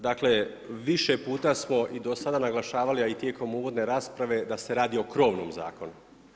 Dakle, više puta smo i dosada naglašavali a i tijekom uvodne rasprave da se radi o krovnom zakonu.